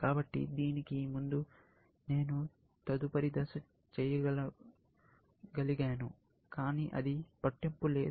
కాబట్టి దీనికి ముందు నేను తదుపరి దశ చేయగలిగాను కానీ అది పట్టింపు లేదు